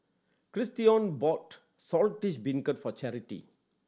Christion bought Saltish Beancurd for Charity